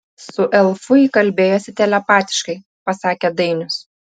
su elfu ji kalbėjosi telepatiškai pasakė dainius